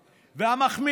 בהסתרה?